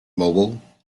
mobile